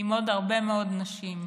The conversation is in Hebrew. עם עוד הרבה מאוד נשים,